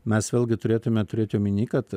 mes vėlgi turėtume turėti omeny kad